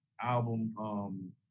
album